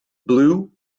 blue